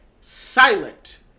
silent